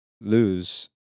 lose